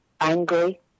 angry